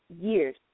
years